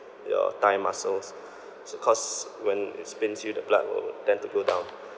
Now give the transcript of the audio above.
your thigh muscles so cause when it spins you the blood will tend to go down